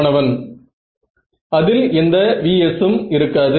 மாணவன் அதில் எந்த v's ம் இருக்காது